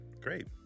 Great